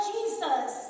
Jesus